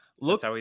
Look